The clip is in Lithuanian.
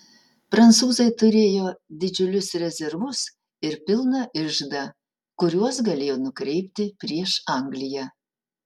prancūzai turėjo didžiulius rezervus ir pilną iždą kuriuos galėjo nukreipti prieš angliją